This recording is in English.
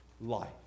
life